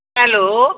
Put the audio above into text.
hello